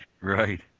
Right